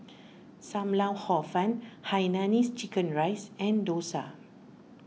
Sam Lau Hor Fun Hainanese Chicken Rice and Dosa